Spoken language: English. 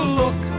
look